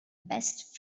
best